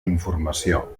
informació